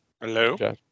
Hello